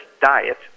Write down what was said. diet